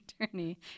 attorney